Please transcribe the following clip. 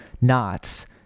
knots